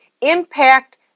impact